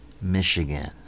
Michigan